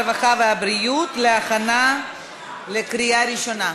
הרווחה והבריאות להכנה לקריאה ראשונה.